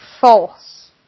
False